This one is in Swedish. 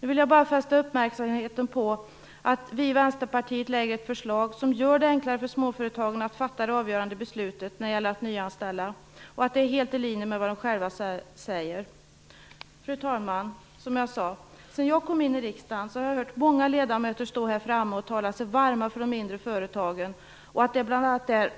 Nu vill jag bara fästa uppmärksamheten på att vi i Vänsterpartiet lägger fram ett förslag som gör det enklare för småföretagen att fatta det avgörande beslutet när det gäller att nyanställa. Det är helt i linje vad de själva säger. Fru talman! Sedan jag kom in i riksdagen har jag hört många gånger ledamöter stå här framme och tala sig varma för de mindre företagen, att det bl.a. är där